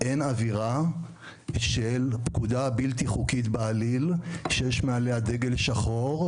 אין אווירה של פקודה בלתי חוקית בעליל שיש מעליה דגל שחור,